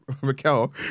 Raquel